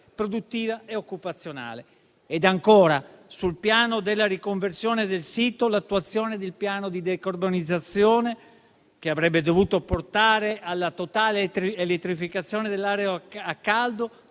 produttiva e occupazionale. E ancora, sul piano della riconversione del sito, l'attuazione del piano di decarbonizzazione, che avrebbe dovuto portare alla totale elettrificazione dell'area a caldo,